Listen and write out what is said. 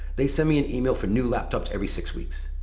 they send me an email for new laptops every six weeks.